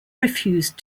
refused